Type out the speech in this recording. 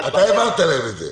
אתה העברת להם את זה.